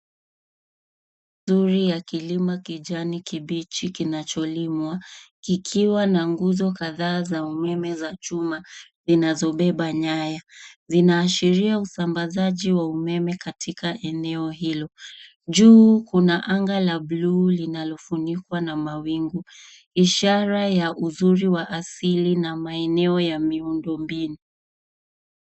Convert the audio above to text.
Muri ya kilima kijani kibichi kinacholimwa kikiwa na nguzo kadhaa za umeme za chuma zinazobeba nyaya zinaashiria usambazaji wa umeme katika eneo hilo. Juu kuna anga la buluu linalofunikwa na mawingu, ishara ya uzuri wa asili na maeneo ya miundombinu.